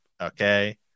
Okay